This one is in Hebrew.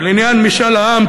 ולעניין משאל העם,